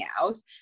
else